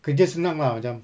kerja senang lah macam